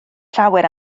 llawer